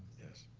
yes,